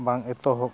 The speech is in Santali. ᱵᱟᱝ ᱮᱛᱚᱦᱚᱵ